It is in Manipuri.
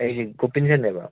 ꯑꯩꯁꯦ ꯒꯣꯄꯤꯟꯁꯟꯅꯦꯕ